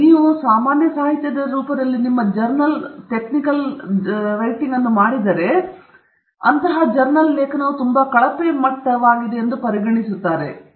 ನೀವು ಅದೇ ರೀತಿ ಬರೆಯಿದರೆ ಜರ್ನಲ್ ಲೇಖನವು ತುಂಬಾ ಕಳಪೆ ಜರ್ನಲ್ ಲೇಖನವಾಗಿದೆ ಅದು ನಿಮಗೆ ಸರಿಹೊಂದುತ್ತದೆ ಅದು ಸರಿ ಎಂದು ನೀವು ಬರೆಯುವ ವಿಧಾನವಲ್ಲ